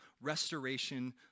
restoration